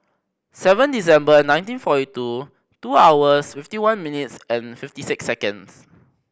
seven December nineteen forty two two hours fifty one minutes and fifty six seconds